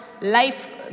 life